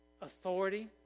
authority